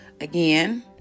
Again